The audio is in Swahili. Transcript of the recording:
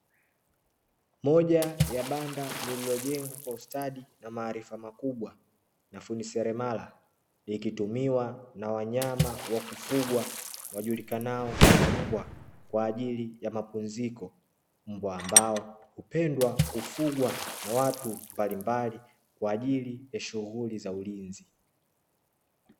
Moja ya banda lililojengwa kwa ustadi na maarifa makubwa na fundi seremala likitumiwa na wanyama wa kufugwa wajulikanao kama mbwa kwa ajili ya mapumziko mbwa ambao hupendwa kufugwa na watu mbalimbali kwa ajili ya shughuli za ulinzi.